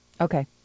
Okay